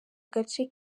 gace